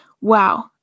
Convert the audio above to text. wow